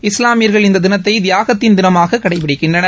இஸ்லாமியர்கள் இந்த தினத்தை தியாகத்தின் தினமாக கடைபிடிக்கின்றனர்